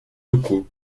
locaux